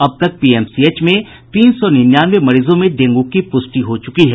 अब तक पीएमसीएच में तीन सौ निन्यानवे मरीजों में डेंगू की पूष्टि हो चुकी है